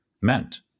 meant